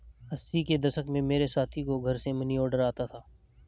अस्सी के दशक में मेरे साथी को घर से मनीऑर्डर आता था